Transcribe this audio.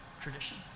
tradition